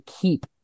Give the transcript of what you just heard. keep